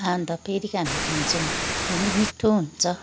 अन्त फेरि हामी खान्छौँ त्यो नि मिठो हुन्छ